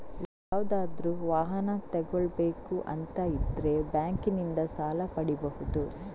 ಯಾವುದಾದ್ರೂ ವಾಹನ ತಗೊಳ್ಬೇಕು ಅಂತ ಇದ್ರೆ ಬ್ಯಾಂಕಿನಿಂದ ಸಾಲ ಪಡೀಬಹುದು